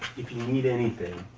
if you need anything.